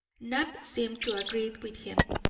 knapp seemed to agree with him,